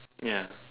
ya